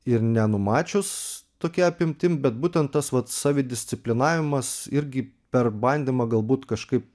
ir nenumačius tokia apimtim bet būtent tas vat savi disciplinavimas irgi per bandymą galbūt kažkaip